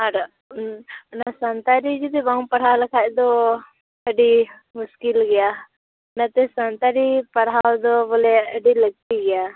ᱚᱱᱟ ᱥᱟᱱᱛᱟᱲᱤ ᱡᱩᱫᱤ ᱵᱟᱢ ᱯᱟᱲᱦᱟᱣ ᱞᱮᱠᱷᱟᱡ ᱫᱚ ᱟᱹᱰᱤ ᱢᱩᱥᱠᱤᱞ ᱜᱮᱭᱟ ᱡᱚᱛᱚ ᱥᱟᱱᱛᱟᱲᱤ ᱯᱟᱲᱦᱟᱣ ᱫᱚ ᱵᱚᱞᱮ ᱟᱹᱰᱤ ᱞᱟᱹᱠᱛᱤ ᱜᱮᱭᱟ